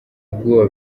ubwoba